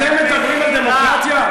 אתם מדברים על דמוקרטיה?